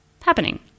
happening